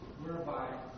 whereby